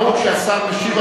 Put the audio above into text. נהוג שהשר משיב,